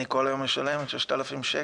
אני כל הזמן משלמת 6,000 שקל.